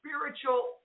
spiritual